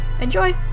Enjoy